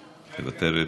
מוותרת,